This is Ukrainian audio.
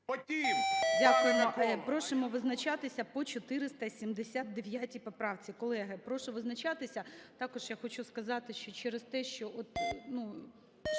Дякую.